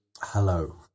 Hello